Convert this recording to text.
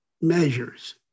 measures